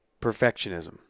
Perfectionism